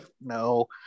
no